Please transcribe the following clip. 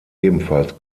ebenfalls